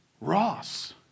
Ross